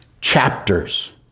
chapters